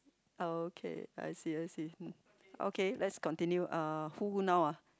okay I see I see okay mm let's continue who now ah